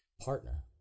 partner